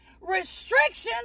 restrictions